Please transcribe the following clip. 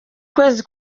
kwezi